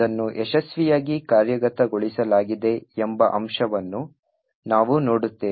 ಅದನ್ನು ಯಶಸ್ವಿಯಾಗಿ ಕಾರ್ಯಗತಗೊಳಿಸಲಾಗಿದೆ ಎಂಬ ಅಂಶವನ್ನು ನಾವು ನೋಡುತ್ತೇವೆ